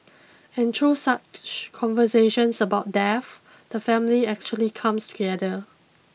and through such conversations about death the family actually comes together